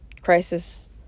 crisis